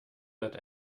that